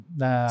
na